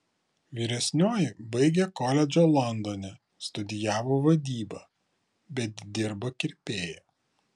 vyresnioji baigė koledžą londone studijavo vadybą bet dirba kirpėja